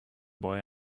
boy